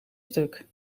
stuk